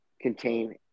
contain